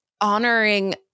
honoring